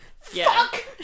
fuck